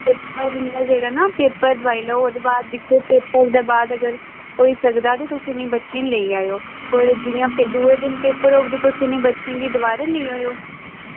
paper इं'दा जेह्ड़ा न पेपर दोआई लैओ ओह्दे बाद पेपर ओह्दे बाद फिर होई सकदा ते तुस इ'नें बच्चें ई लेई जाएओ ओह्दे जि'यां दूए दिन पेपर होग ते तुस इ'नें बच्चें गी दोवारै लेईं जाएओ